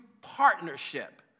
partnership